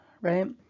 right